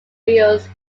reels